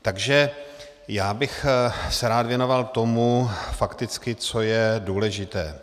Takže já bych se rád věnoval tomu fakticky, co je důležité.